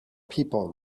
people